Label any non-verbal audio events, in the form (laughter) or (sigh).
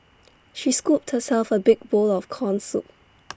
she scooped herself A big bowl of Corn Soup (noise)